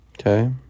Okay